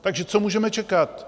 Takže co můžeme čekat?